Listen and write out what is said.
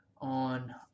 on